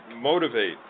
motivate